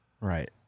right